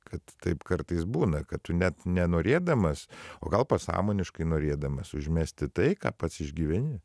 kad taip kartais būna kad tu net nenorėdamas o gal pasąmoniškai norėdamas užmesti tai ką pats išgyveni